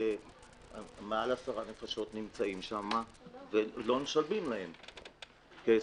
יותר מעשר נפשות נמצאות בדירה ולא משלמים להם כסף.